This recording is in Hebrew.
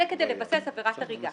זה כדי לבסס עבירת הריגה.